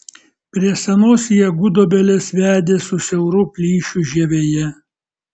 prie senos jie gudobelės vedė su siauru plyšiu žievėje